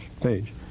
page